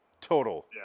Total